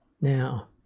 Now